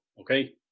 okay